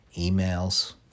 emails